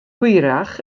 hwyrach